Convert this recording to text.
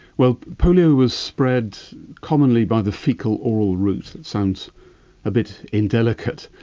well, polio was spread commonly by the faecal oral route. that sounds a bit indelicate.